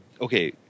okay